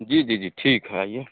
जी जी जी ठीक है आइए